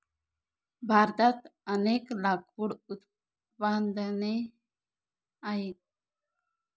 भारतात अनेक लाकूड उत्पादने आहेत